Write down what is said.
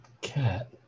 cat